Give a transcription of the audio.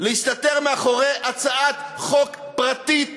להסתתר מאחורי הצעת חוק פרטית